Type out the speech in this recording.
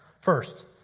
First